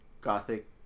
gothic